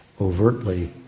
overtly